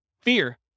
Fear